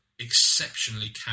exceptionally